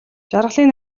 жаргалын